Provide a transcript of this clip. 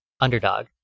Underdog